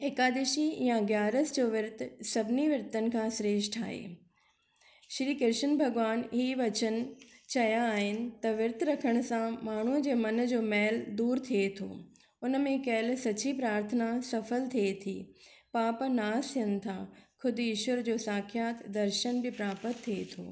एकादशी या ॻ्यारस जो विर्तु सभिनी विर्तनि खां श्रेष्ठ आहे श्री कृष्ण भॻवानु ई वचन चया आहिनि त विर्त रखण सां माण्हू जे मन जो मैल दूर थिए थो उन में कयलु सची प्रार्थना सफ़ल थिए थी पाप नास थियनि था ख़ुद ईश्वर जो साख़्यात दर्शन बि प्रापत थिए थो